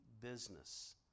business